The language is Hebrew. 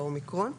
באומיקרון.